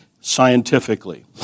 scientifically